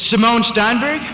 simone steinberg